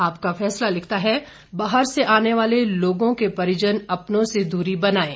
आपका फैसला लिखता है बाहर से आने वाले लोगों के परिजन अपनों से दूरी बनाएं